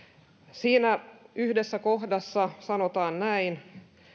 siinä yhdessä kohdassa sanotaan näin